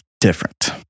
different